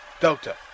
Delta